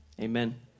Amen